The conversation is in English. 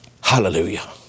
hallelujah